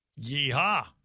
Yeehaw